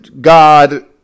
god